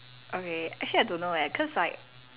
okay actually I don't know eh cause like